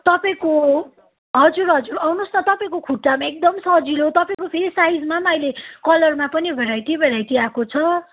तपाईँको हजुर हजुर आउनुहोस् न तपाईँको खुट्टामा एकदम सजिलो तपाईँको फेरि साइजमा पनि अहिले कलरमा पनि भेराइटी भेराइटी आएको छ